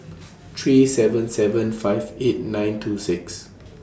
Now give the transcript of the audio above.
three seven seven five eight nine two six